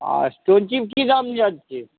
আর stone chips কি দাম যাচ্ছে